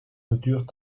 geduurd